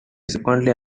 frequently